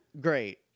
great